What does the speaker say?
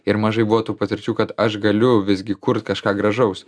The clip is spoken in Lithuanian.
ir mažai buvo tų patirčių kad aš galiu visgi kurt kažką gražaus